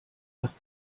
das